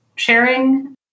sharing